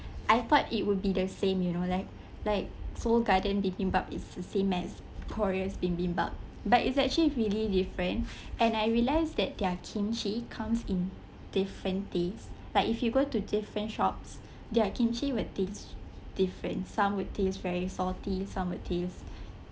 I thought it would be the same you know like like Seoul Garden bibimbap is the same as korea's bibimbap but it's actually really different and I realised that their kimchi comes in different taste like if you go to different shops their kimchi will taste different some will taste very salty some will taste